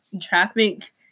traffic